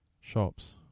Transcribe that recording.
shops